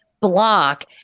block